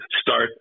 start